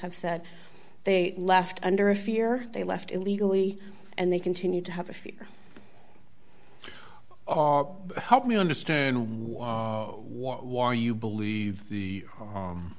have said they left under a fear they left illegally and they continue to have a few help me understand why you believe the